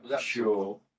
sure